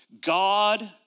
God